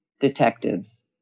detectives